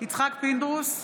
יצחק פינדרוס,